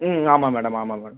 ம் ஆமாம் மேடம் ஆமாம் மேடம்